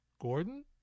Gordon